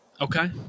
Okay